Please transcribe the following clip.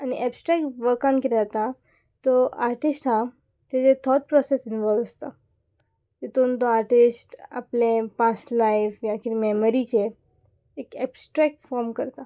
आनी एबस्ट्रेक्ट वर्कान कितें जाता तो आर्टिस्ट आहा तेजे थॉट प्रोसेस इनवॉल्व आसता तितून तो आर्टिस्ट आपले पास्ट लायफ या कितें मॅमरीचे एक एबस्ट्रेक्ट फॉम करता